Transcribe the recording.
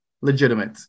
legitimate